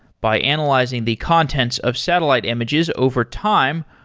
by analyzing the contents of satellite images over time,